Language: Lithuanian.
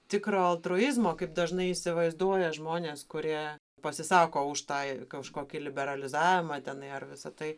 tikro altruizmo kaip dažnai įsivaizduoja žmonės kurie pasisako už tą kažkokį liberalizavimą tenai ar visa tai